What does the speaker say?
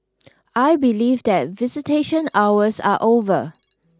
I believe that visitation hours are over